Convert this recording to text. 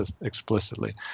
explicitly